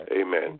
Amen